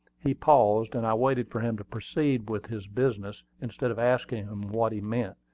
he paused, and i waited for him to proceed with his business, instead of asking him what he meant,